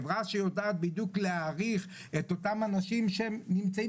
חברה שיודעת בדיוק להעריך את אותם אנשים שנמצאים